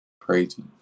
Crazy